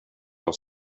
del